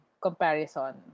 comparison